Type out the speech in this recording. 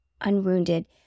unwounded